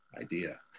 idea